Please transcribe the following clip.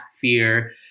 fear